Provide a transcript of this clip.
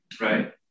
right